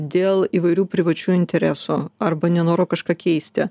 dėl įvairių privačių interesų arba nenoro kažką keisti